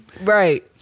Right